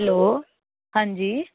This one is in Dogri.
हैल्लो हांजी